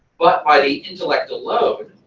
but by the intellect alone.